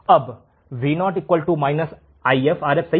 अब Vo If Rf सही